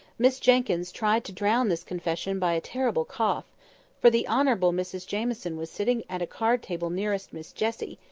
miss jenkyns tried to drown this confession by a terrible cough for the honourable mrs jamieson was sitting at a card-table nearest miss jessie,